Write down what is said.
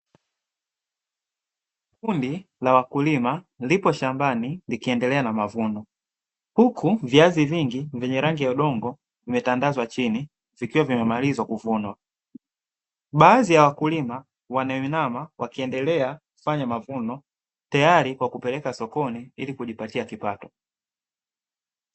Kundi la wakulima lipo shambani likiendelea na mavuno, huku viazi vingi venye rangi ya udongo vimetandazwa chini vikiwa vimemalizwa kuvunwa, baadhi ya wakulima wanaoinama wakiendelea kufanya mavuno tayari kwa kupeleka sokoni ili kujipatia kipato.